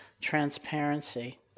transparency